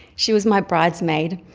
she was my bridesmaid,